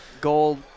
gold